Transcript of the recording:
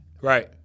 Right